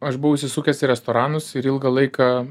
aš buvau įsisukęs į restoranus ir ilgą laiką